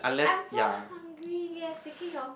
I'm so hungry yes speaking of